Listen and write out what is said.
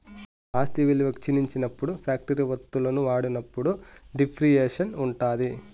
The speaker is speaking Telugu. ఆస్తి విలువ క్షీణించినప్పుడు ఫ్యాక్టరీ వత్తువులను వాడినప్పుడు డిప్రిసియేషన్ ఉంటాది